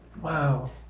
Wow